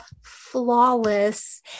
flawless